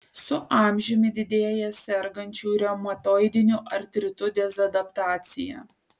su amžiumi didėja sergančių reumatoidiniu artritu dezadaptacija